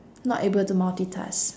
not able to multitask